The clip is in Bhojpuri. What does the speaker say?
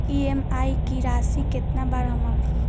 ई.एम.आई की राशि केतना बा हमर?